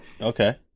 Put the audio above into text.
Okay